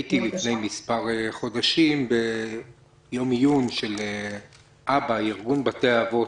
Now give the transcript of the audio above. הייתי לפני מספר חודשים ביום עיון של אב"א ארגון בתי האבות,